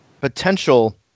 potential